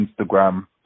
Instagram